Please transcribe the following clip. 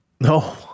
No